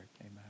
amen